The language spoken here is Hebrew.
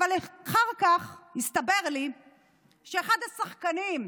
אבל אחר כך הסתבר לי שאחד השחקנים,